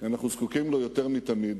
אנחנו זקוקים לו יותר מתמיד.